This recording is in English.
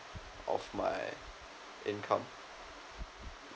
of my income